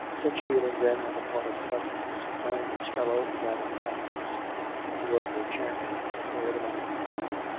such feeling then, on the part of protestants, found its fellow in that of the catholics he was their champion, as no other man could be.